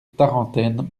tarentaine